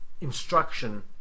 instruction